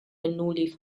bernoulli